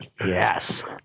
Yes